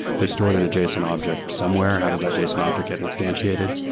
they're stored in a json object somewhere. how does that json object get instantiated?